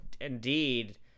indeed